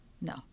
No